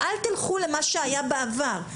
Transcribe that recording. ואל תלכו למה שהיה בעבר,